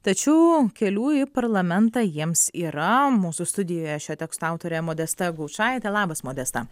tačiau kelių į parlamentą jiems yra mūsų studijoje šio teksto autorė modesta gaučaitė labas modesta